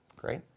Great